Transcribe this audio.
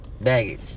baggage